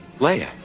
Leia